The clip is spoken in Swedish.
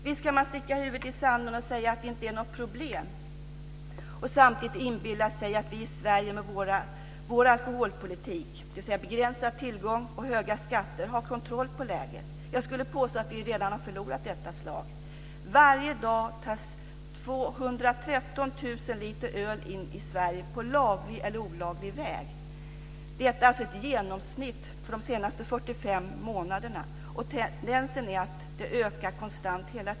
Visst kan man stoppa huvudet i sanden och säga att det inte är något problem och samtidigt inbilla sig att vi här i Sverige med vår alkoholpolitik - dvs. begränsad tillgång och höga skatter - har kontroll på läget. Jag vill påstå att vi redan har förlorat detta slag. Varje dag tas 213 000 liter öl in i Sverige på laglig eller olaglig väg - detta är alltså ett genomsnitt för de senaste 45 månaderna. Tendensen är att mängden ökar konstant.